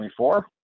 24